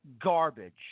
garbage